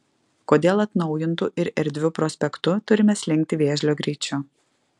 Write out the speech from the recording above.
kodėl atnaujintu ir erdviu prospektu turime slinkti vėžlio greičiu